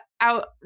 out